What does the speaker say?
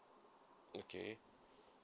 okay